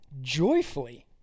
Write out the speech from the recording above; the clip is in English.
joyfully